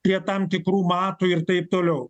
prie tam tikrų matų ir taip toliau